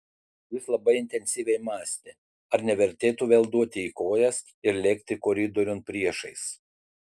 jis labai intensyviai mąstė ar nevertėtų vėl duoti į kojas ir lėkti koridoriun priešais